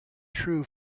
true